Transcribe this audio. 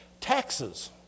Taxes